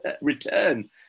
return